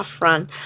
run